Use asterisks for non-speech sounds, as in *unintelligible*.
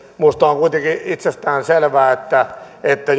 minusta on kuitenkin itsestään selvää että että *unintelligible*